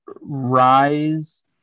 rise